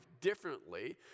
differently